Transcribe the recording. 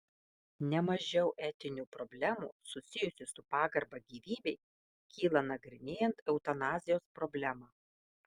ne mažiau etinių problemų susijusių su pagarba gyvybei kyla nagrinėjant eutanazijos problemą